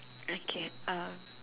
okay uh